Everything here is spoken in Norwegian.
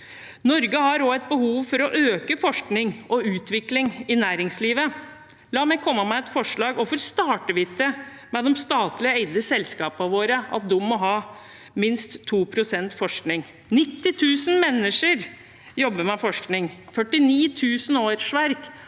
Norge har også et behov for å øke forskning og utvikling i næringslivet. La meg komme med et forslag: Hvorfor starter vi ikke med de statlig eide selskapene våre og sier at de må ha minst 2 pst. forskning? 90 000 mennesker jobber med forskning, 49 000 årsverk,